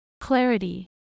Clarity